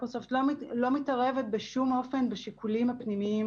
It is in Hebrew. מייקרוסופט לא מתערבת בשום אופן בשיקולים הפנימיים